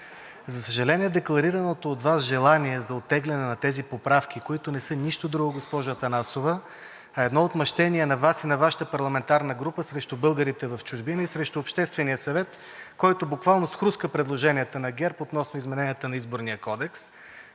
За съжаление, декларираното от Вас желание за оттегляне на тези поправки, които не са нищо друго, госпожо Атанасова, а едно отмъщение на Вас и на Вашата парламентарна група срещу българите в чужбина и срещу Обществения съвет, който буквално схруска предложенията на ГЕРБ относно измененията на Изборния кодекс.